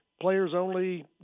players-only